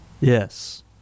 Yes